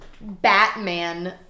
Batman